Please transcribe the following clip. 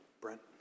Brent